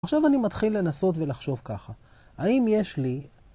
עכשיו אני מתחיל לנסות ולחשוב ככה. האם יש לי...